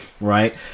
right